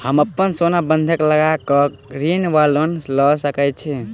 हम अप्पन सोना बंधक लगा कऽ ऋण वा लोन लऽ सकै छी?